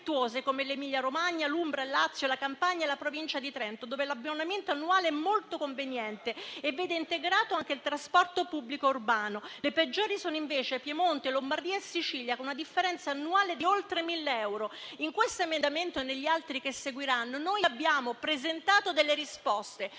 come l'Emilia-Romagna, l'Umbria, il Lazio, la Campania e la Provincia autonoma di Trento, dove l'abbonamento annuale è molto conveniente e vede integrato anche il trasporto pubblico urbano. Le peggiori sono, invece, il Piemonte, la Lombardia e la Sicilia, con una differenza annuale di oltre mille euro. In questo emendamento e negli altri che seguiranno noi abbiamo presentato delle risposte,